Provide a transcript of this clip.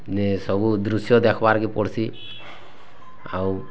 ଯେ ସବୁ ଦୃଶ୍ୟ ଦେଖବାର୍କେ ପଡ଼୍ସି ଆଉ